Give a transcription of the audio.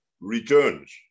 returns